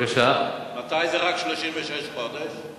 מתי זה רק 36 חודש?